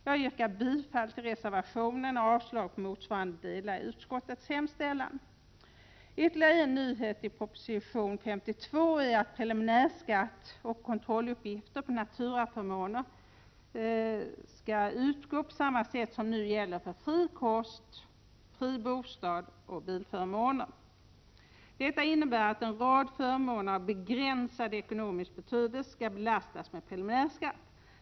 Jag yrkar bifall till reservationen och avslag på motsvarande delar i utskottets hemställan. Ytterligare en nyhet i proposition 52 är att prelimärskatt och kontrolluppgifter på naturaförmåner skall utgå på samma sätt som nu gäller för fri kost, fri bostad och bilförmåner. Detta innebär att en rad förmåner av begränsad ekonomisk betydelse skall belastas med preliminärskatt.